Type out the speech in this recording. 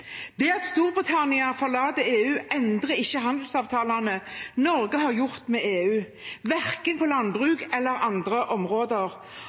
Det at Storbritannia forlater EU, endrer ikke handelsavtalene Norge har gjort med EU, verken på landbruk eller på andre områder.